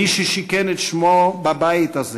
מי ששיכן את שמו בבית הזה